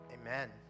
Amen